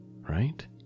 Right